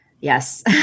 yes